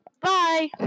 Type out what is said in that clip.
Bye